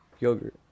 yogurt